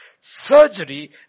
surgery